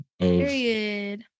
Period